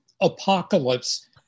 apocalypse